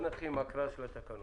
נתחיל עם הקראה של התקנות.